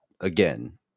again